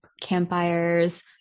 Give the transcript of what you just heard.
campfires